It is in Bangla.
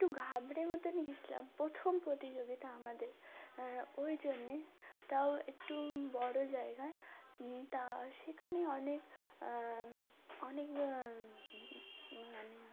একটু ঘাবড়ে মতো গেছিলাম প্রথম প্রতিযোগিতা আমাদের ওই জন্যে তাও একটু বড়ো জায়গায় তা সেখানে অনেক অনেক মানে